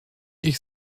ich